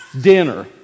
dinner